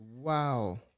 Wow